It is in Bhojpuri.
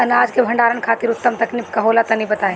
अनाज के भंडारण खातिर उत्तम तकनीक का होला तनी बताई?